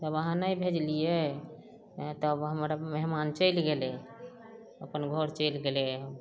जब अहाँ नहि भेजलियै आँय तब हमर मेहमान चैलि गेलै अपन घर चैलि गेलै आब